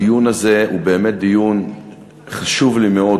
הדיון הזה הוא באמת דיון חשוב לי מאוד,